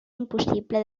impossible